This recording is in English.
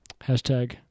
Hashtag